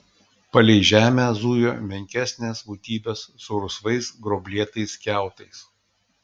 palei žemę zujo menkesnės būtybės su rusvais gruoblėtais kiautais